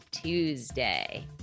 Tuesday